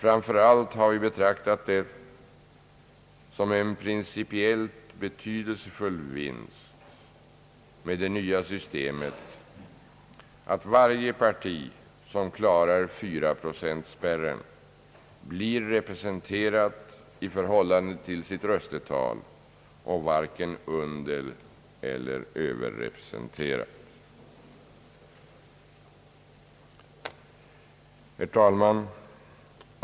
Framför allt har vi betraktat det som en principiellt betydelsefull vinst med det nya systemet att varje parti. som klarar 4-procentspärren blir representerat i förhållande till sitt röstetal och varken undereller överrepresenterat. Herr talman!